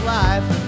life